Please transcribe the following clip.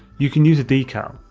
you can use a decal,